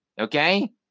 Okay